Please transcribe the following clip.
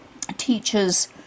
teaches